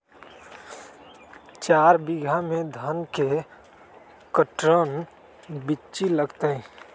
चार बीघा में धन के कर्टन बिच्ची लगतै?